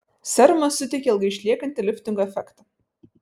serumas suteikia ilgai išliekantį liftingo efektą